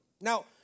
Now